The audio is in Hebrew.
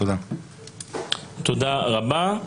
תודה רבה.